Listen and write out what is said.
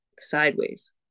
sideways